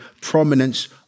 prominence